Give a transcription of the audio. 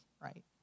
right